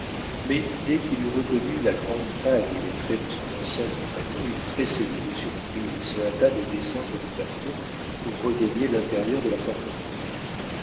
mais dès qu'il eut reconnu la grande taille et les traits de son ancien compagnon il tressaillit de surprise et se hâta de descendre du bastion pour regagner l'intérieur de la